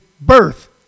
birth